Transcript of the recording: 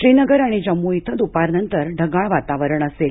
श्रीनगर आणि जम्मू इथं दुपारनंतर ढगाळ वातावरण असेल